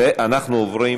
ואנחנו עוברים,